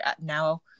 now